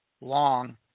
long